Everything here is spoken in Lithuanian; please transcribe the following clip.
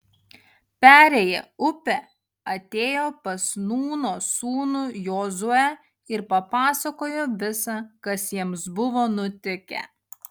perėję upę atėjo pas nūno sūnų jozuę ir papasakojo visa kas jiems buvo nutikę